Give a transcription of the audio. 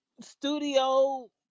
studio